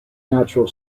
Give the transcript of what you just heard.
natural